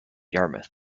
yarmouth